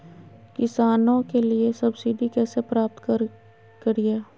किसानों के लिए सब्सिडी कैसे प्राप्त करिये?